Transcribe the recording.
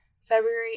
february